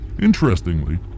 Interestingly